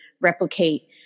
replicate